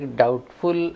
doubtful